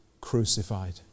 crucified